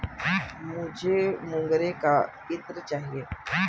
मुझे मोगरे का इत्र चाहिए